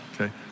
Okay